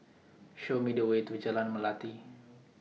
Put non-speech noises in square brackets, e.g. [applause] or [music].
[noise] Show Me The Way to Jalan Melati